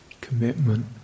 commitment